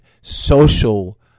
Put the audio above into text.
social